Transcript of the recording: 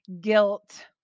guilt